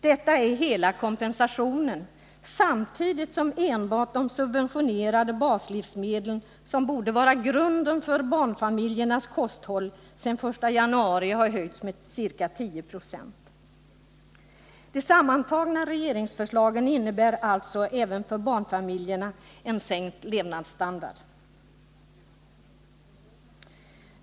Detta är hela kompensationen, samtidigt som enbart de subventionerade baslivsmedlen, som borde vara grunden för barnfamiljernas kosthåll, sedan den 1 januari har höjts med ca 10 76. De sammantagna regeringsförslagen innebär alltså en sänkt levnadsstandard även för barnfamiljerna.